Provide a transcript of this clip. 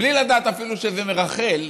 בלי לדעת אפילו שזה מרחל,